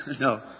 no